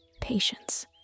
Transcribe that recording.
patience